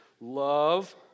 love